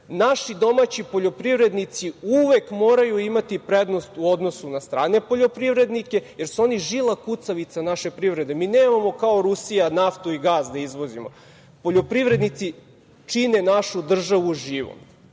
Naši domaći poljoprivrednici uvek moraju imati prednost u odnosu na strane poljoprivred-nike, jer su oni žila kucavica naše privrede. Mi nemamo kao Rusija naftu i gas da izvozimo. Poljoprivrednici čine našu državu živom. Nisam